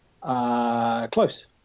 Close